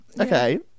okay